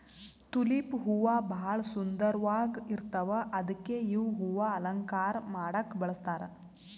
tulip ಹೂವಾ ಭಾಳ್ ಸುಂದರ್ವಾಗ್ ಇರ್ತವ್ ಅದಕ್ಕೆ ಇವ್ ಹೂವಾ ಅಲಂಕಾರ್ ಮಾಡಕ್ಕ್ ಬಳಸ್ತಾರ್